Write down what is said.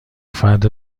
فرد